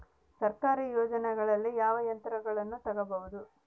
ಸರ್ಕಾರಿ ಯೋಜನೆಗಳಲ್ಲಿ ಯಾವ ಯಂತ್ರಗಳನ್ನ ತಗಬಹುದು?